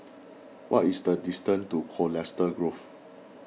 what is the distance to Colchester Grove